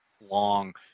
long